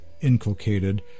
Inculcated